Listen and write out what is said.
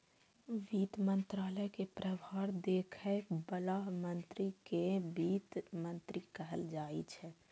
वित्त मंत्रालय के प्रभार देखै बला मंत्री कें वित्त मंत्री कहल जाइ छै